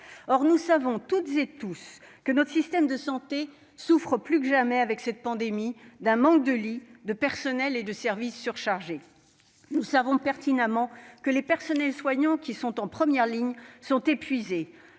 Or nous savons toutes et tous que notre système de santé souffre, plus que jamais avec cette pandémie, d'un manque de lits, de personnels et de services surchargés. Nous savons pertinemment que les personnels soignants, qui sont en première ligne, sont épuisés.